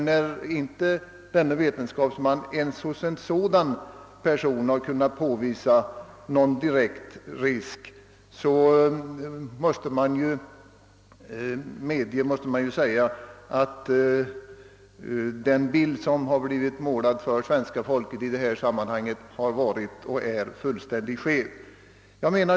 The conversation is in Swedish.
När inte denne vetenskapsman ens hos en sådan person kunnat påvisa någon direkt påverkan måste man säga att den bild som målats för svenska folket har varit fullständigt skev.